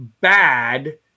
bad